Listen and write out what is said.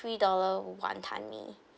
~ree dollar wantan mee